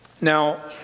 Now